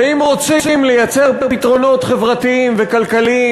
ואם רוצים לייצר פתרונות חברתיים וכלכליים